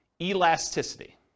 elasticity